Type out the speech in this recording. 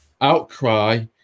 outcry